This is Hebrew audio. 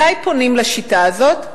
מתי פונים לשיטה הזאת?